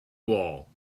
wall